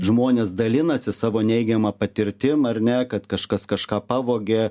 žmonės dalinasi savo neigiama patirtim ar ne kad kažkas kažką pavogė